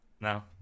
No